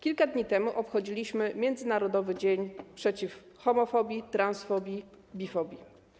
Kilka dni temu obchodziliśmy Międzynarodowy Dzień Przeciw Homofobii, Transfobii i Bifobii.